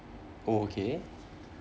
oh okay